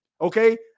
Okay